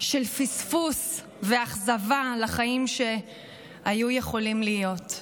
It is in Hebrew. של פספוס ואכזבה על החיים שהיו יכולים להיות.